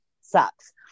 sucks